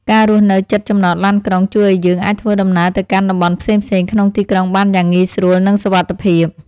ការរស់នៅជិតចំណតឡានក្រុងជួយឱ្យយើងអាចធ្វើដំណើរទៅកាន់តំបន់ផ្សេងៗក្នុងទីក្រុងបានយ៉ាងងាយស្រួលនិងសុវត្ថិភាព។